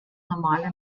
normale